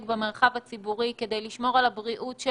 במרחב הציבורי ואיך לשמור על הבריאות של